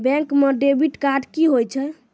Bank म debit card की होय छै?